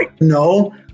no